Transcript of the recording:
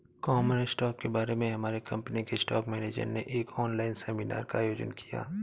common stock के बारे में हमारे कंपनी के स्टॉक मेनेजर ने एक ऑनलाइन सेमीनार का आयोजन किया